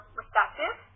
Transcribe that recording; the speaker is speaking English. receptive